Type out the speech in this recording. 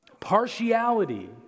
partiality